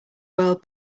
world